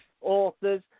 authors